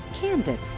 candid